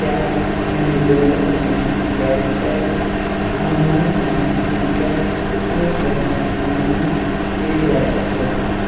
کیٛاہ مےٚ میلیوٚوا کیٚنٛہہ کیش بیک آن لایِن ٹرٛانٛزیکشنن پٮ۪ٹھ پٔتۍمٮ۪ن ترٛٮ۪ن ہفتن مَنٛز پے زیپس پٮ۪ٹھ